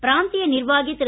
பிராந்திய நிர்வாகி திரு